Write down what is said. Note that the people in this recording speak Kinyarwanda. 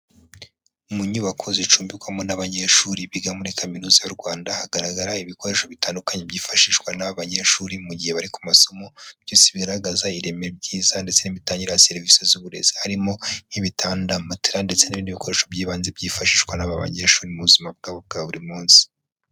Mu nyubako zicumbikwamo n'abanyeshuri biga muri kaminuza y'u Rwanda, hagaragara ibikoresho bitandukanye byifashishwa n'abanyeshuri mu gihe bari ku masomo, byose bigaragaza ireme ryiza ndetse n'imitangire ya serivisi z'uburezi, harimo nk'ibitanda, matera, ndetse n'ibindi bikoresho by'ibanze byifashishwa n'aba banyeshuri mu buzima bwabo bwa buri munsi.